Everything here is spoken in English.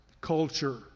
culture